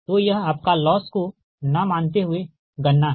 तो यह आपका लॉस को न मानते हुए गणना है